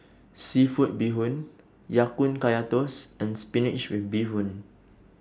Seafood Bee Hoon Ya Kun Kaya Toast and Spinach with Mushroom